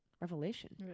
Revelation